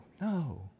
no